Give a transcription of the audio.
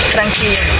Tranquilo